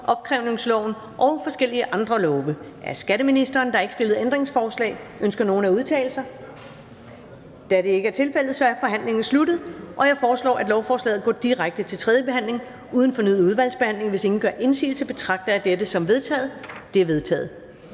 Forhandling Første næstformand (Karen Ellemann): Der er ikke stillet ændringsforslag. Ønsker nogen at udtale sig? Da det ikke er tilfældet, er forhandlingen sluttet. Jeg foreslår, at lovforslaget går direkte til tredje behandling uden fornyet udvalgsbehandling, og hvis ingen gør indsigelse, betragter jeg det som vedtaget. Det er vedtaget.